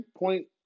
point